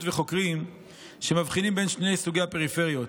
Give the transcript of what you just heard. וחוקרים שמבחינים בין שני סוגי הפריפריות,